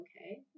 okay